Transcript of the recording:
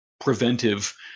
preventive